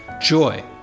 joy